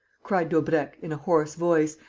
cried daubrecq, in a hoarse voice,